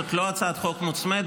זאת לא הצעת חוק מוצמדת,